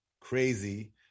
crazy